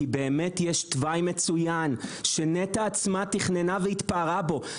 כי באמת יש תוואי מצוין שנת"ע עצמה תכננה והתפארה בו.